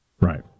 Right